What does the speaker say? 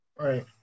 Right